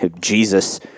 jesus